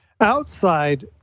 outside